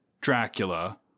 dracula